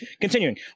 continuing